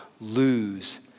lose